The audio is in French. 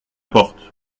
porte